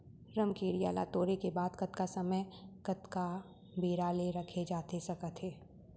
रमकेरिया ला तोड़े के बाद कतका समय कतका बेरा ले रखे जाथे सकत हे?